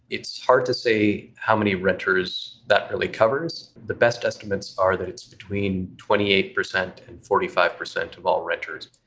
it's hard to say how many renters that really covers. the best estimates are that it's between twenty eight percent and forty five percent of all renters.